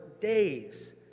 days